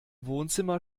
wohnzimmer